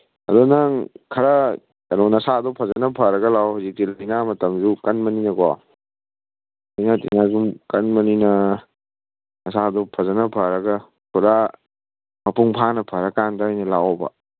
ꯑꯗꯨ ꯅꯪ ꯈꯔ ꯀꯩꯅꯣ ꯅꯁꯥꯗꯣ ꯐꯖꯅ ꯐꯔꯒ ꯂꯥꯛꯑꯣ ꯍꯧꯖꯤꯛꯇꯤ ꯂꯥꯏꯅꯥ ꯃꯇꯝꯁꯨ ꯀꯟꯕꯅꯤꯅꯀꯣ ꯂꯥꯏꯅꯥ ꯇꯤꯅꯥ ꯁꯨꯝ ꯀꯟꯕꯅꯤꯅ ꯅꯁꯥꯗꯨ ꯐꯖꯅ ꯐꯔꯒ ꯄꯨꯔꯥ ꯃꯄꯨꯡ ꯐꯥꯅ ꯐꯔ ꯀꯥꯟꯗ ꯑꯣꯏꯅ ꯂꯥꯛꯑꯣꯕ